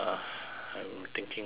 I'm thinking very hard